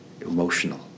emotional